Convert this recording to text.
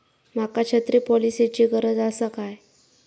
माका छत्री पॉलिसिची गरज आसा काय?